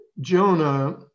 Jonah